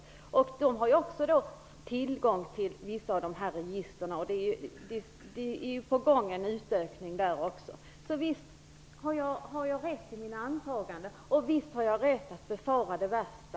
Kommunerna har också tillgång till vissa register, och en utökning är på gång där också. Så visst har jag rätt i mina antaganden, och visst har jag rätt att befara det värsta!